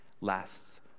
lasts